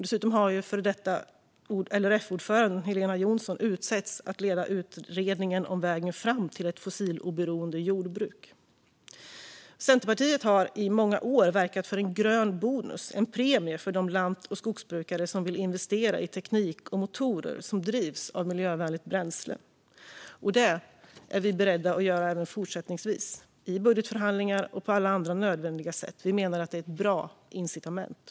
Dessutom har före detta LRF-ordföranden Helena Jonsson utsetts att leda utredningen om vägen fram till ett fossiloberoende jordbruk. Centerpartiet har i många år verkat för en grön bonus, en premie, för de lant och skogsbrukare som vill investera i teknik och motorer som drivs av miljövänligt bränsle. Det är vi även fortsättningsvis beredda att göra i budgetförhandlingar och på alla andra nödvändiga sätt. Vi menar att det är ett bra incitament.